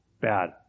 Bad